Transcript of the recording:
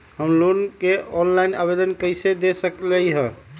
हम लोन के ऑनलाइन आवेदन कईसे दे सकलई ह?